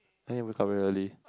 I need wake up very early